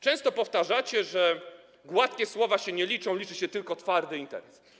Często powtarzacie, że gładkie słowa się nie liczą, liczy się tylko twardy interes.